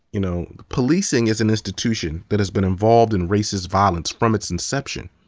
you know, policing is an institution that has been involved in racist violence from its inception.